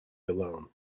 alone